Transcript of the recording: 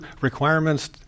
requirements